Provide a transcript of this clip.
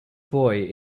boy